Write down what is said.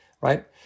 right